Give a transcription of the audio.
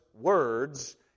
words